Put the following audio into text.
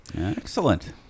Excellent